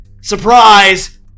surprise